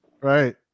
right